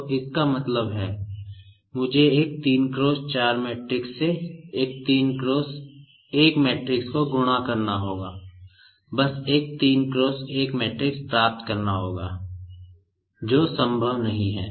तो इसका मतलब है मुझे एक 3 × 4 मैट्रिक्स से एक 3 × 1 मैट्रिक्स को गुणा करना होगा बस एक 3 × 1 मैट्रिक्स प्राप्त करना होगा जो संभव नहीं है